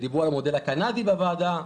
דיברו על המודל הקנדי בוועדה,